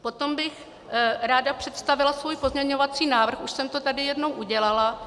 Potom bych ráda představila svůj pozměňovací návrh, už jsem to tady jednou udělala.